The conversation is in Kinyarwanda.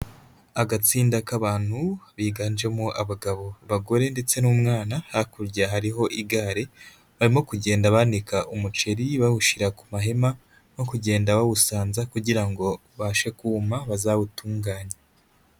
Agatsinda k'abantu biganjemo abagabo, abagore ndetse n'umwana hakurya hariho igare barimo kugenda banika umuceri bawushyira ku mahema no kugenda bawusanza kugira ngo ubashe kuma bazawutunganye.